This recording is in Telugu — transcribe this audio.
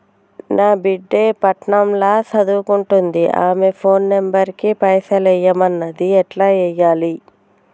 నా బిడ్డే పట్నం ల సదువుకుంటుంది ఆమె ఫోన్ నంబర్ కి పైసల్ ఎయ్యమన్నది ఎట్ల ఎయ్యాలి?